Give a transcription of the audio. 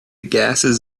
gases